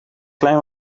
klein